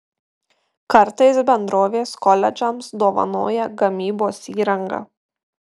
kartais bendrovės koledžams dovanoja gamybos įrangą